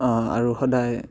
অঁ আৰু সদায়